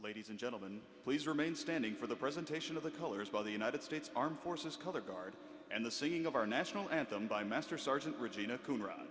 ladies and gentlemen please remain standing for the presentation of the colors by the united states armed forces color guard and the singing of our national anthem by master sergeant regina coo